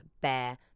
bear